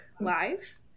live